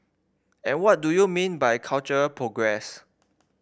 and what do you mean by cultural progress